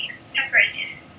separated